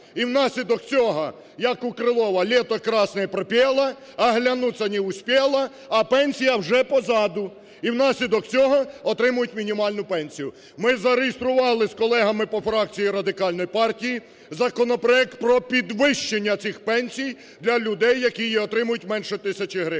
і в наслідок цього, як у Крилова, лето красное пропела, оглянуться не успела, а пенсія вже позаду, і в наслідок цього отримують мінімальну пенсію. Ми зареєстрували з колегами по фракції Радикальної партії законопроект про підвищення цих пенсій для людей, які її отримують менше тисячі гривень.